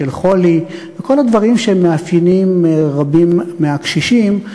של חולי וכל הדברים שהם מאפיינים רבים מהקשישים.